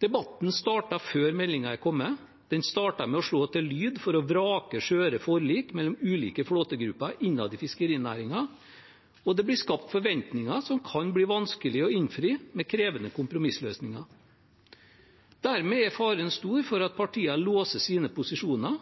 Debatten har startet før meldingen har kommet. Den har startet med å slå til lyd for å vrake skjøre forlik mellom ulike flåtegrupper innad i fiskerinæringen, og det blir skapt forventninger som det kan bli vanskelig å innfri med krevende kompromissløsninger. Dermed er faren stor for at partiene låser sine posisjoner,